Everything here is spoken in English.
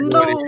no